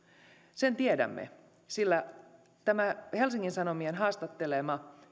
sen tiedämme sillä tämän helsingin sanomien haastatteleman